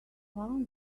found